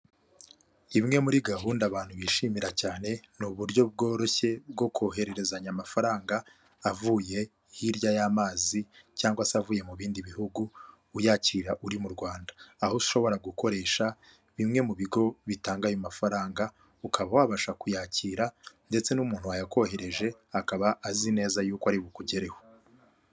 Imwe muri gahunda abantu bishimira cyane ni uburyo bworoshye bwo kohererezanya amafaranga, avuye hirya y'amazi cyangwa se avuye mu bindi bihugu, uyakira uri mu Rwanda aho ushobora gukoresha bimwe mu bigo bitanga ayo mafaranga, ukaba wabasha kuyakira ndetse n'umuntu wayakohereje akaba, azi neza yukouko ari bukugereho.